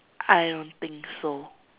I don't think so